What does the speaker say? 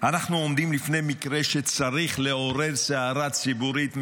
אנחנו עומדים בפני מקרה שצריך לעורר סערה ציבורית,